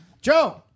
Joe